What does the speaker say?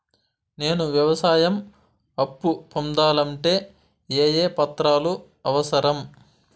నేను వ్యవసాయం అప్పు పొందాలంటే ఏ ఏ పత్రాలు అవసరం?